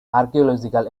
archaeological